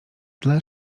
tle